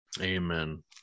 Amen